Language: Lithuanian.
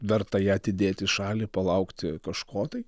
verta ją atidėt į šalį palaukti kažko tai